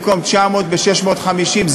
במקום 900,000 ב-650,000,